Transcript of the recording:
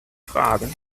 fragen